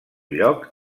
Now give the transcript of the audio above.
lloc